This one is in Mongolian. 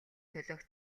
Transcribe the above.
төлөөх